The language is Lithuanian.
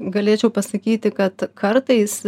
galėčiau pasakyti kad kartais